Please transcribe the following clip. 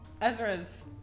Ezra's